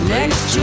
Next